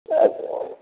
छा छा